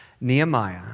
Nehemiah